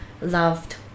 loved